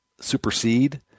supersede